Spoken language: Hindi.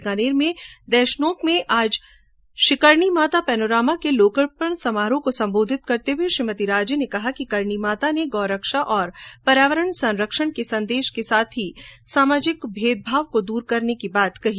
बीकानेर के देशनोक में आज श्रीकरणी माता पेनोरमा के लोकार्पण समारोह को संबोधित करते हुए श्रीमती राजे ने कहा कि करणी माता ने गोरक्षा और पर्यावरण संरक्षण के साथ ही सामाजिक भेदभाव को दूर करने संदेश दिया